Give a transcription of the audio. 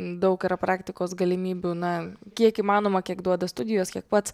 daug yra praktikos galimybių na kiek įmanoma kiek duoda studijos kiek pats